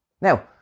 Now